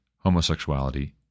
homosexuality